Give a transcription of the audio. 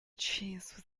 cheese